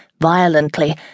violently